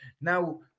now